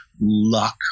luck